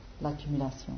l'accumulation